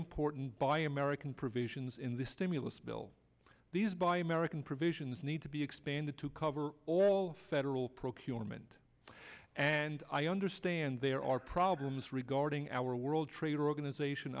important buy american provisions in the stimulus bill these buy american provisions need to be expanded to cover all federal procurement and i understand there are problems regarding our world trade organization